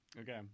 Okay